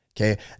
Okay